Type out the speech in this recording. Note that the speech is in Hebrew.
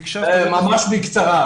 ממש בקצרה.